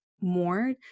more